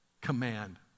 command